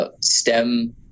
stem